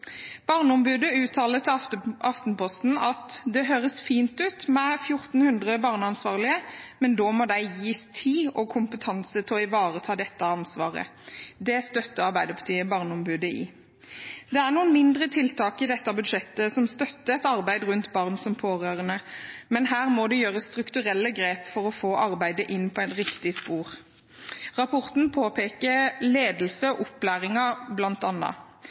Barneombudet uttaler til Aftenposten at det høres fint ut med 1 400 barneansvarlige, men da må de gis tid og kompetanse til å ivareta dette ansvaret. Det støtter Arbeiderpartiet Barneombudet i. Det er noen mindre tiltak i dette budsjettet som støtter et arbeid rundt barn som pårørende, men her må det gjøres strukturelle grep for å få arbeidet inn på riktig spor. Rapporten påpeker ledelse